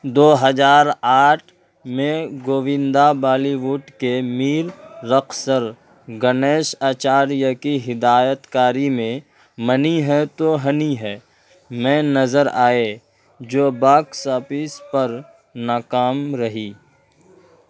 دو ہزار آٹھ میں گووندا بالی ووڈ کے میر رقصر گنیش اچاریہ کی ہدایت کاری میں منی ہے تو ہنی ہے میں نظر آئے جو باکس آپس پر نا کام رہی